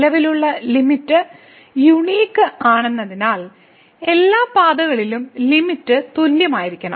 നിലവിലുള്ള limit unique ആണെന്നതിനാൽ എല്ലാ പാതകളിലും ലിമിറ്റ് തുല്യമായിരിക്കണം